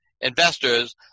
investors